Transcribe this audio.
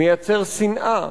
מייצר שנאה,